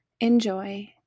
enjoy